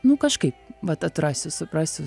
nu kažkaip vat atrasiu suprasiu